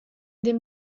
dem